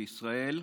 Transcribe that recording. בישראל,